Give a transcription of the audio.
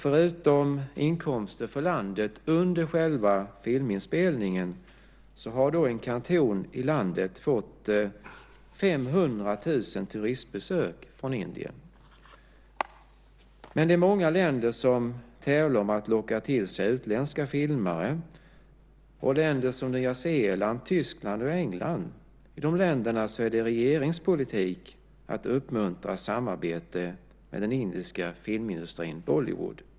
Förutom inkomster för landet under själva filminspelningen har en kanton i landet fått 500 000 turistbesök från Indien. Det är många länder som tävlar om att locka till sig utländska filmare. I länder som Nya Zeeland, Tyskland och England är det regeringspolitik att uppmuntra samarbete med den indiska filmindustrin, Bollywood.